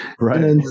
right